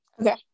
Okay